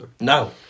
No